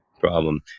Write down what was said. problem